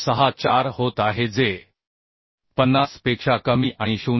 64 होत आहे जे 50 पेक्षा कमी आणि 0